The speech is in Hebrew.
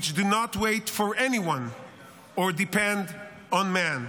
which do not wait for anyone or depend on man.